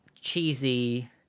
cheesy